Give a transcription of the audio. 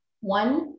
one